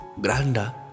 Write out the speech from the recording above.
granda